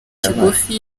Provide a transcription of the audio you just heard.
kigufi